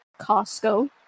Costco